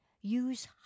Use